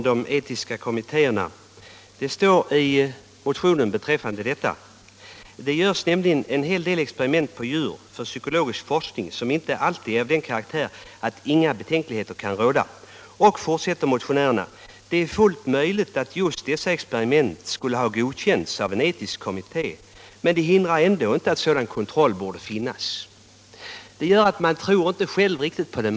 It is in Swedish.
”Det görs nämligen en hel del experiment på djur för psykologisk Nr 41 forskning, som inte alltid är av den karaktär att inga betänkligheter kan Onsdagen den råda. ———- Det är fullt möjligt att just detta experiment skulle ha godkänts 10 december 1975 av en etisk kommitté, men det hindrar inte att kontrollen bör finnas.” Man tror inte riktigt själv på det.